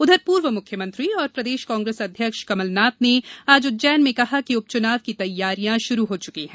उधर पूर्व मुख्यमंत्री एवं प्रदेश कांग्रेस अध्यक्ष कमलनाथ ने आज उज्जैन में कहा कि उपचुनाव की तैयारियां प्रारंभ हो चुकी है